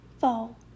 Fall